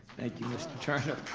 thank you mr. turner.